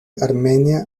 armenia